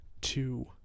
two